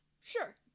Sure